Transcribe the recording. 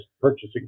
purchasing